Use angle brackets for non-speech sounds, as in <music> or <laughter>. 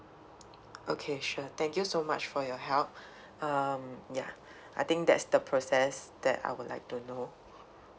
okay sure thank you so much for your help <breath> um ya I think that's the process that I would like to know